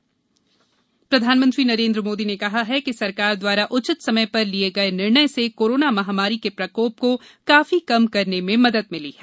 मोदी संवाद प्रधानमंत्री नरेन्द्र मोदी ने कहा है कि सरकार द्वारा उचित समय पर लिये गये निर्णय से कोरोना महामारी के प्रकोप को काफी कम करने में मदद मिली है